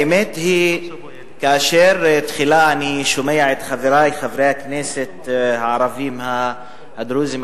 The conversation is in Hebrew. האמת היא שכאשר תחילה אני שומע את חברי חברי הכנסת הערבים הדרוזים,